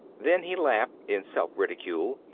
then he laughed in self-ridicule.